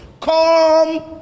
come